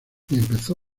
empezó